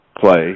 play